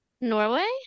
Norway